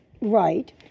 Right